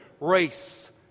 race